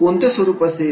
कोणते स्वरूप असेल